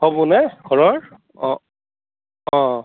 হ'বনে ঘৰৰ অঁ অঁ